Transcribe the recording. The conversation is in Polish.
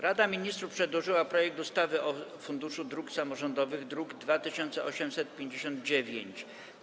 Rada Ministrów przedłożyła projekt ustawy o Funduszu Dróg Samorządowych, druk nr 2859.